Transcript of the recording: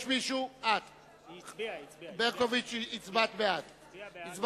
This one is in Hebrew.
את הצבעת בעד.